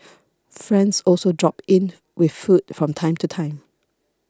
friends also drop in with food from time to time